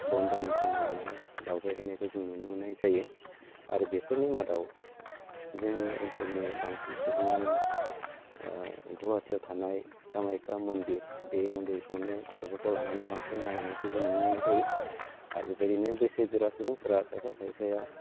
बन्दनि सम लानानै दावबाय हैनायखौ जों नुनो मोननाय जायो आरो बेफोरनि मादाव जोंनि ओनसोलनि बांसिन सुबुङानो ओ गुवाहाटियाव थानाय कामाख्या मन्दिर बे मन्दिरखौनो गथ'फोरखौ लानानै बांसिन नायनायखौ जों नुनो मोननाय जायो आरो बेबायदि बैसो गोरा सुबुंफ्रा खायफा खायफाया